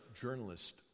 journalist